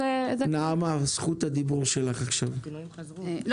נעמה, זכות הדיבור שלך, בבקשה.